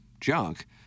junk